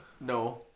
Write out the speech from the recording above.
No